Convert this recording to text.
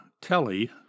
telly